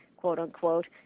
quote-unquote